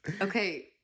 Okay